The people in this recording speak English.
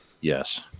yes